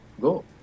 Go